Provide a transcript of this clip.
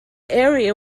area